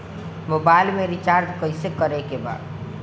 Mobile में recharge कइसे करे के बा?